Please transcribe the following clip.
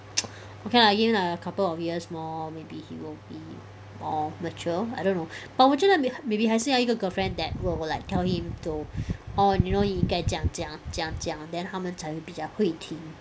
okay lah give him a couple of years more maybe he will be more mature I don't know but 我觉得 may~ maybe 还是要一个 girlfriend that will like tell him to oh you know 你应该这样这样这样这样 then 他们才会比较会听